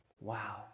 Wow